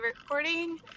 recording